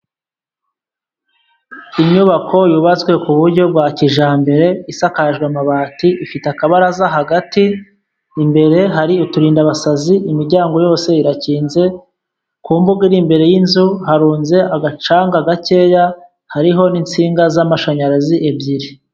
Inyubako yubatswe ku buryo bwa kijyambere, isakajwe amabati, ifite akabaraza hagati, imbere hari uturindabasazi. Imiryango yose irakinze, ku mbuga iri imbere y'inzu harunze agacanga gakeya, hariho n'insinga z'amashanyarazi ebyiri.